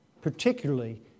particularly